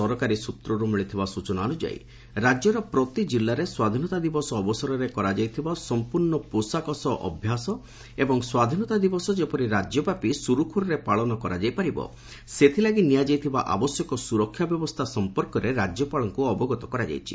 ସରକାରୀ ସୂତ୍ରରୁ ମିଳିଥିବା ସୂଚନା ଅନୁଯାୟୀ ରାଜ୍ୟର ପ୍ରତି କିଲ୍ଲାରେ ସ୍ୱାଧୀନତା ଦିବସ ଅବସରରେ କରାଯାଇଥିବା ସଂପୂର୍ଣ୍ଣ ପୋଷାକ ସହ ଅଭ୍ୟାସ ଏବଂ ସ୍ୱାଧୀନତା ଦିବସ ଯେପରି ରାଜ୍ୟବ୍ୟାପି ସୁରୁଖୁରୁରେ ପାଳନ କରାଯାଇପାରିବ ସେଥିଲାଗି ନିଆଯାଇଥିବା ଆବଶ୍ୟକ ସୁରକ୍ଷା ବ୍ୟବସ୍ଥା ସଂପର୍କରେ ରାଜ୍ୟପାଳଙ୍କୁ ଅବଗତ କରାଯାଇଛି